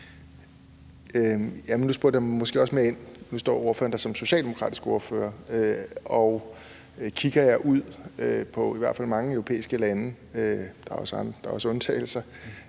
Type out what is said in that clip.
Pelle Dragsted (EL): Nu står ordføreren der som socialdemokratisk ordfører, og kigger jeg ud på i hvert fald mange europæiske lande – der er også undtagelser